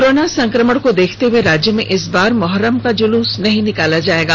corona संक्रमण को देखते हुए राज्य में इस बार मुहर्रम का जुलूस नहीं निकाला जाएगा